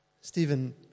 Stephen